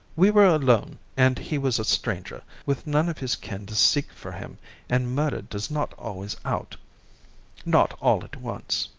we were alone and he was a stranger, with none of his kin to seek for him and murder does not always out not all at once.